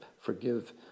forgive